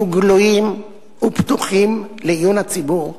יהיו גלויות ופתוחות לעיון הציבור,